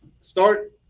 Start